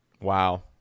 Wow